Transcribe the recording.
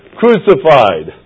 crucified